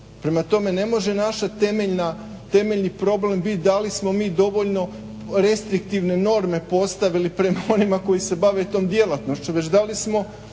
Prema tome, ne može naš temeljni problem biti da li smo mi dovoljno restriktivne norme postavili prema onima koji se bave tom djelatnošću, već da li smo